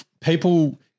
people